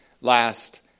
last